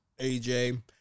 AJ